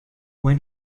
when